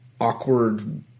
awkward